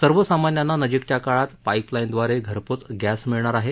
सर्वसामान्यांना नजीकच्या काळात पाईप लाईनद्वारे घरपोच गप्ती मिळणार आहे